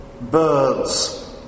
Birds